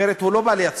אחרת הוא לא בא להצביע,